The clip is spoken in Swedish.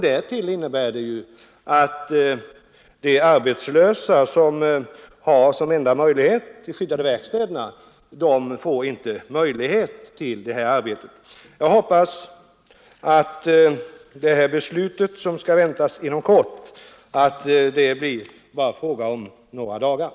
Därtill innebär det att de arbetslösa, som har de skyddade verkstäderna som enda möjlighet, inte kan få något sådant arbete. Jag hoppas att det när det gäller det här beslutet, som ”kan väntas inom kort”, bara blir fråga om några dagar. Jag tackar än en gång för svaret.